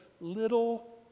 little